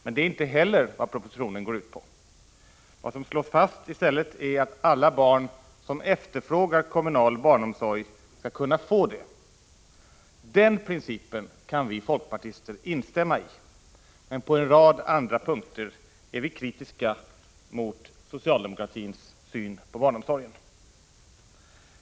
Men det är inte heller vad propositionen går ut på. Vad som i stället slås fast är att alla barn som efterfrågar kommunal barnomsorg skall kunna få det. Den principen kan vi folkpartister instämma i. Men på en rad andra punkter är vi kritiska mot socialdemokratins syn på barnomsorgen.